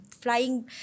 Flying